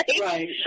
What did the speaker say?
Right